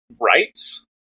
rights